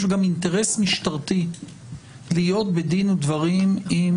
יש גם אינטרס משטרתי להיות בדין ודברים עם